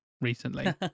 recently